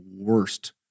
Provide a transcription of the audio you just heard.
worst